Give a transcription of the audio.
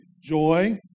joy